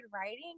writing